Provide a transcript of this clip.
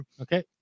Okay